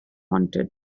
haunted